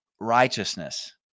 righteousness